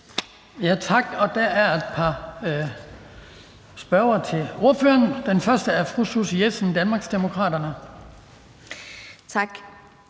Tak, og der er et par spørgsmål til ordføreren. Først er det fra fru Susie Jessen, Danmarksdemokraterne. Kl.